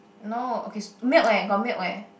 no okay milk eh got milk eh